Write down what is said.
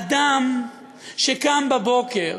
אדם שקם בבוקר